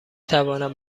توانم